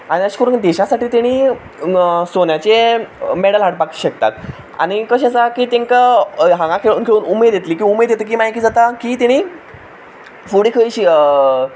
आनी अशें करून देशा साठी तेणीं सोण्याचें मॅडल हाडपाक शकतात आनी कशें आसा की तांकां हांगा खेलून खेळून उमेद येतली ती उमेद येतकीर मागीर कितें जाता की तेणीं फुडें खंय